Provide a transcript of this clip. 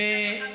נכון.